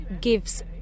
gives